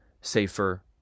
safer